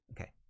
okay